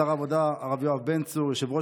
לשר העבודה הרב יואב בן צור וליושב-ראש